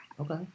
Okay